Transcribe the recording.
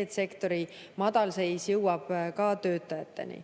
et sektori madalseis jõuab ka töötajateni.